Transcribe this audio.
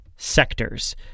sectors